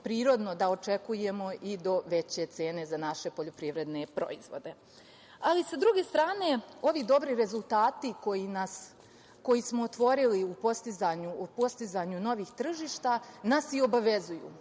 da očekujemo i do veće cene za naše poljoprivredne proizvode. Sa druge strane, ovi dobri rezultati koji smo otvorili u postizanju novih tržišta nas i obavezuju